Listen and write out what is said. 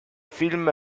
film